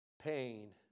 Pain